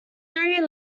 three